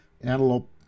antelope